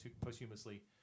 posthumously